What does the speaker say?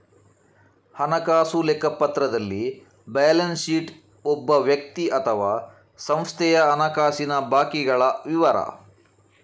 ಹಣಕಾಸು ಲೆಕ್ಕಪತ್ರದಲ್ಲಿ balance sheet ಒಬ್ಬ ವ್ಯಕ್ತಿ ಅಥವಾ ಸಂಸ್ಥೆಯ ಹಣಕಾಸಿನ ಬಾಕಿಗಳ ವಿವರ